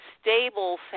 stable